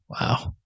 Wow